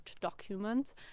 document